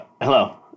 hello